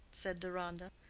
said deronda,